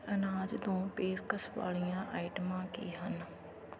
ਅਨਾਜ ਤੋਂ ਪੇਸ਼ਕਸ਼ ਵਾਲੀਆਂ ਆਈਟਮਾਂ ਕੀ ਹਨ